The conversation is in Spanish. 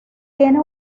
tiene